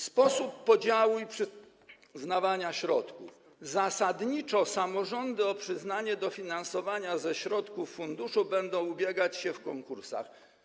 Sposób podziału i przyznawania środków: zasadniczo samorządy o przyznanie dofinansowania ze środków funduszu będą ubiegać się w konkursach.